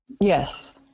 yes